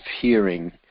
hearing